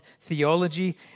theology